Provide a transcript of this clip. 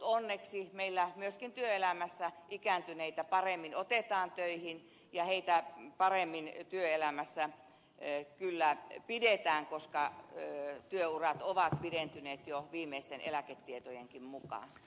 onneksi meillä myöskin työelämässä ikääntyneitä paremmin otetaan töihin ja heitä paremmin työelämässä kyllä pidetään koska työurat ovat pidentyneet jo viimeisten eläketietojenkin mukaan